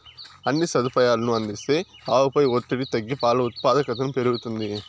అన్ని సదుపాయాలనూ అందిస్తే ఆవుపై ఒత్తిడి తగ్గి పాల ఉత్పాదకతను పెరుగుతుంది